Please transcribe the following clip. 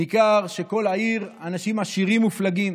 ניכר שכל העיר אנשים עשירים מופלגים.